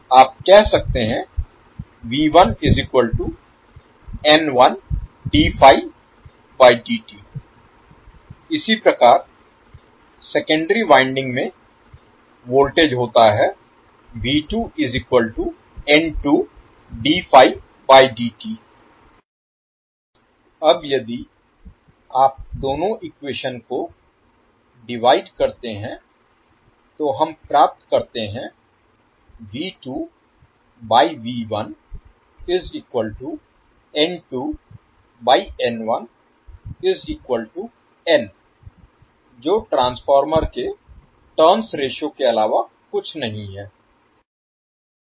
आप कह सकते हैं इसी प्रकार सेकेंडरी वाइंडिंग में वोल्टेज होता है अब यदि आप दोनों इक्वेशन को डिवाइड करते हैं तो हम प्राप्त करते हैं जो ट्रांसफार्मर के टर्न्स रेश्यो के अलावा कुछ नहीं है